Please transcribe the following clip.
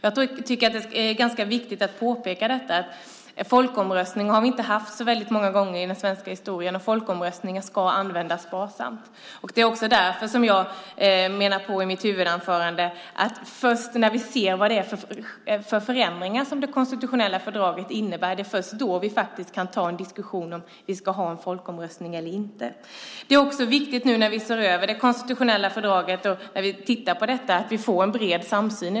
Det är ganska viktigt att påpeka att vi inte har haft folkomröstning så väldigt många gånger i den svenska historien. Folkomröstningar ska användas sparsamt. Det är också därför som jag i mitt huvudanförande menade på att det är först när vi ser vad det är för förändringar som det konstitutionella fördraget innebär som vi kan ta en diskussion om vi ska ha en folkomröstning eller inte. Det är också viktigt nu när vi ser över det konstitutionella fördraget och tittar på detta att vi får en bred samsyn.